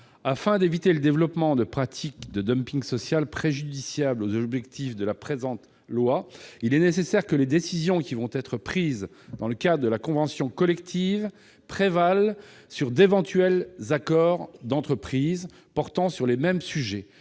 Afin d'éviter le développement de pratiques de social allant à l'encontre des objectifs du présent projet de loi, il est nécessaire que les décisions qui seront prises dans le cadre de la convention collective prévalent sur d'éventuels accords d'entreprise portant sur les mêmes sujets.